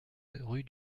rue